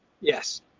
Yes